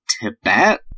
Tibet